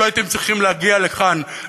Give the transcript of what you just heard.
שלא הייתם צריכים להגיע לכאן,